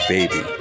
Baby